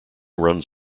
runs